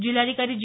जिल्हाधिकारी जी